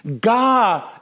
God